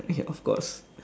ya of course